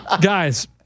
guys